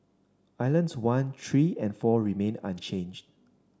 islands one three and four remained unchanged